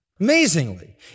Amazingly